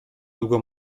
długo